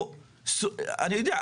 אני יודע,